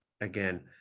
again